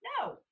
no